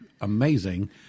amazing